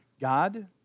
God